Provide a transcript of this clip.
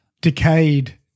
decayed